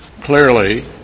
Clearly